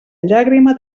llàgrima